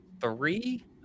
three